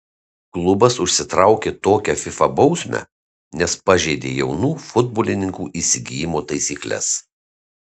klubas užsitraukė tokią fifa bausmę nes pažeidė jaunų futbolininkų įsigijimo taisykles